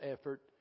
effort